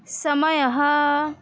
समयः